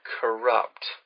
corrupt